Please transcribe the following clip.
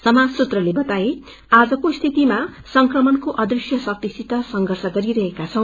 समाज सुत्रले बताए आजको स्थितमा संक्रमणको अदृश्य शक्तिसित संघ्रष गरिरहेको छौ